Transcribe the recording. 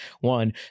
one